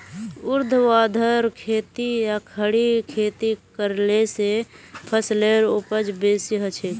ऊर्ध्वाधर खेती या खड़ी खेती करले स फसलेर उपज बेसी हछेक